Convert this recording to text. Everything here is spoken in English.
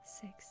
six